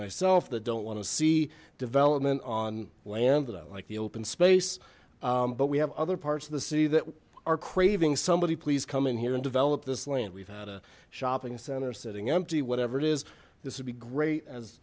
myself that don't want to see development on land that i like the open space but we have other parts of the city that are craving somebody please come in here and develop this land we've had a shopping center sitting empty whatever it is this would be great